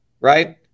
right